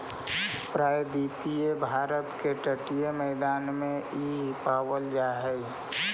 प्रायद्वीपीय भारत के तटीय मैदान में इ पावल जा हई